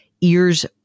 ears